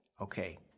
Okay